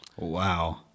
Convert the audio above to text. Wow